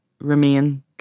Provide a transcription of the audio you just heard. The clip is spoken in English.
remain